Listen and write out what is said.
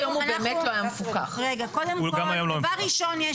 דבר ראשון,